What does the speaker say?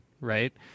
right